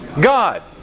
God